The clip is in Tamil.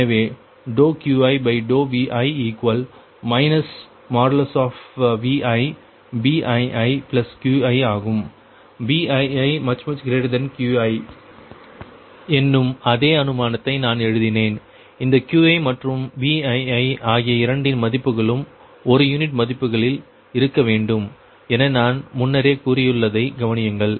எனவே QiVi ViBiiQi ஆகும் BiiQi என்னும் அதே அனுமானத்தை நான் எழுதினேன் இந்த Qi மற்றும் Bii ஆகிய இரண்டின் மதிப்புகளும் ஒரு யூனிட் மதிப்புகளில் இருக்க வேண்டும் என நான் முன்னரே கூறியுள்ளதை கவனியுங்கள்